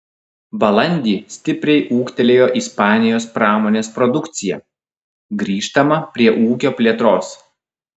balandį stipriai ūgtelėjo ispanijos pramonės produkcija grįžtama prie ūkio plėtros